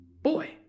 Boy